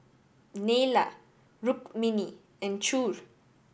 Neila Rukmini and Choor